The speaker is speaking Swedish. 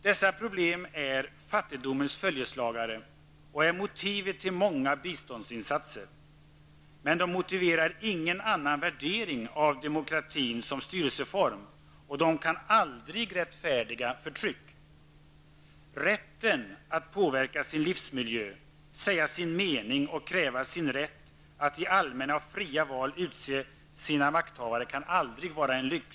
Dessa problem är fattigdomens följeslagare, och är ofta motivet till många biståndsinsatser. Men de motiverar ingen annan värdering av demokratin som styrelseform, och de kan aldrig rättfärdiga förtryck. Rätten att påverka sin livsmiljö, säga sin mening och kräva sin rätt att i allmänna och fria val utse sina makthavare kan aldrig vara en lyx.